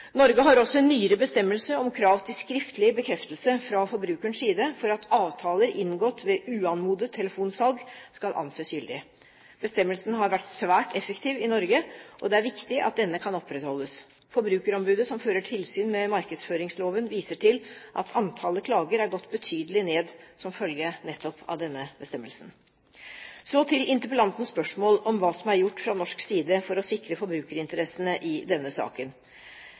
Norge har også en nyere bestemmelse om krav til skriftlig bekreftelse fra forbrukerens side for at avtaler inngått ved uanmodet telefonsalg skal anses gyldig. Bestemmelsen har vært svært effektiv i Norge, og det er viktig at denne kan opprettholdes. Forbrukerombudet, som fører tilsyn med markedsføringsloven, viser til at antallet klager har gått betydelig ned som følge av nettopp denne bestemmelsen. Så til interpellantens spørsmål om hva som er gjort fra norsk side for å sikre forbrukerinteressene i denne saken.